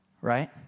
Right